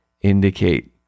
indicate